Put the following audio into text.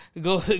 go